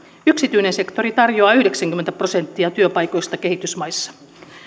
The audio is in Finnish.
yksityinen sektori tarjoaa yhdeksänkymmentä prosenttia työpaikoista kehitysmaissa